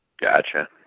Gotcha